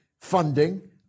funding